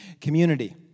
community